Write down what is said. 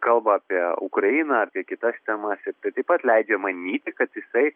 kalba apie ukrainą apie kitas temas ir tai taip pat leidžia manyti kad jisai